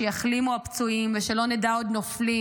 שיחלימו הפצועים ושלא נדע עוד נופלים.